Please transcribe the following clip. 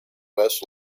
west